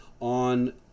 on